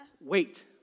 wait